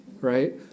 right